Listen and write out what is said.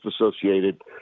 associated